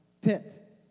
pit